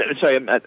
Sorry